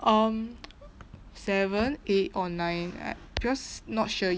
um seven eight or nine I because not sure